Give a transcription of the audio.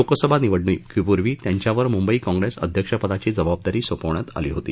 लोकसभा निवडणुकीपूर्वी त्यांच्यावर मुंबई काँग्रेस अध्यक्षपदाची जबाबदारी सोपवण्यात आली होती